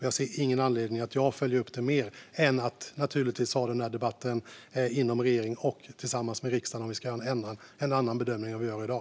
Jag ser ingen anledning till att jag skulle följa upp det mer än att naturligtvis ha den här debatten inom regeringen och tillsammans med riksdagen om vi ska göra en annan bedömning än vad vi gör i dag.